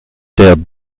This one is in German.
der